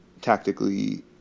tactically